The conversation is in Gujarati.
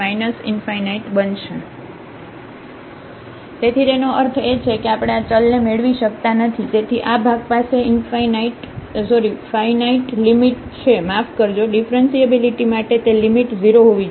તેથી તેનો અર્થ એ છે કે આપણે આ ચલ ને મેળવી શકતા નથી તેથી આ ભાગ પાસે ફાઇનાઇટ લિમિટ છે માફ કરજો ડીફરન્સીએબિલિટી માટે તે લિમિટ 0 હોવી જોઈએ